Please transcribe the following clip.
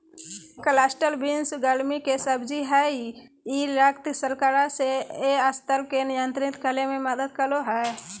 cluster beans गर्मि के सब्जी हइ ई रक्त शर्करा के स्तर के नियंत्रित करे में मदद करो हइ